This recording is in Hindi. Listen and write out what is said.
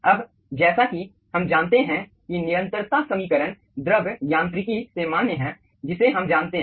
अब जैसा कि हम जानते हैं कि निरंतरता समीकरण द्रव यांत्रिकी से मान्य है जिसे हम जानते हैं